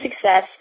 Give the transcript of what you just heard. success